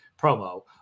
promo